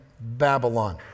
Babylon